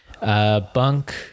Bunk